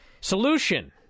Solution